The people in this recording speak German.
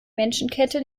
menschenkette